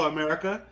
America